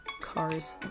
cars